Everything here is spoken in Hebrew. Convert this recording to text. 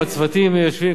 הצוותים היושבים,